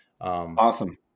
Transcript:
awesome